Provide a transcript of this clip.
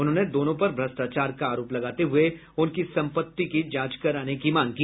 उन्होंने दोनों पर भष्टाचार का आरोप लगाते हुए उनकी संपत्ति की जांच कराने की मांग की